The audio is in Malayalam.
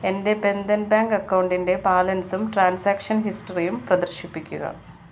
എൻ്റെ ബന്ധൻ ബാങ്ക് അക്കൗണ്ടിൻ്റെ ബാലൻസും ട്രാൻസാക്ഷൻ ഹിസ്റ്ററിയും പ്രദർശിപ്പിക്കുക